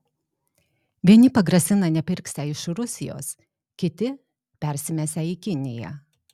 vieni pagrasina nepirksią iš rusijos kiti persimesią į kiniją